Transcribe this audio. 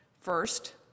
First